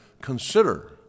consider